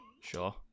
Sure